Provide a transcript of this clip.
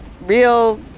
real